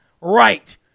right